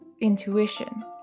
intuition